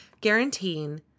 guaranteeing